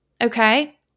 Okay